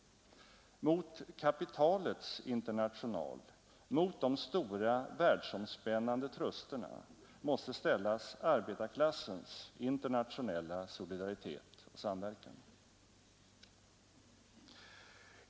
Mot kapitalets international, mot de stora världsomspännande trusterna måste ställas arbetarklassens internationella solidaritet och samverkan.